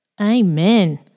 Amen